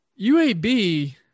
UAB